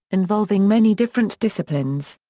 involving many different disciplines.